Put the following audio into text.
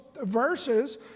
verses